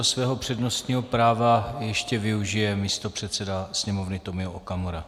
Svého přednostního práva ještě využije místopředseda Sněmovny Tomio Okamura.